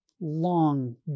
long